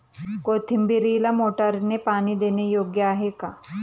कोथिंबीरीला मोटारने पाणी देणे योग्य आहे का?